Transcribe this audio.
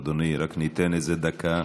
אדוני, רק ניתן איזו דקה.